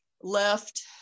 left